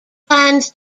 plans